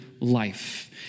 life